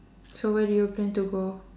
so where do you plan to go